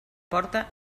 porta